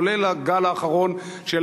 כולל הגל האחרון של